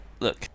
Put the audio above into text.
look